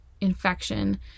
infection